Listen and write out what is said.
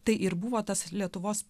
tai ir buvo tas lietuvos